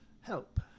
help